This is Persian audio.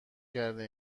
کرده